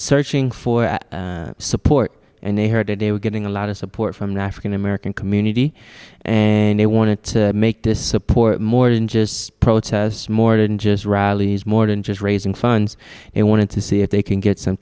searching for support and they heard today we're getting a lot of support from the african american community and they wanted to make this support more than just protests more didn't just rallies more than just raising funds they wanted to see if they can get some